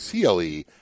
CLE